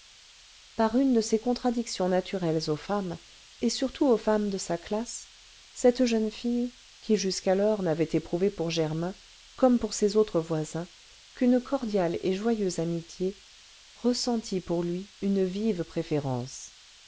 par une de ces contradictions naturelles aux femmes et surtout aux femmes de sa classe cette jeune fille qui jusqu'alors n'avait éprouvé pour germain comme pour ses autres voisins qu'une cordiale et joyeuse amitié ressentit pour lui une vive préférence